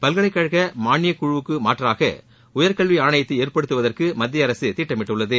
பல்கலைக்கழக மானியக்குழுவுக்கு மாற்றாக உயர்கல்வி ஆணையத்தை ஏற்படுத்துவதற்கு மத்தியஅரசு திட்டமிட்டுள்ளது